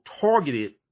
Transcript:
targeted